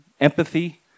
empathy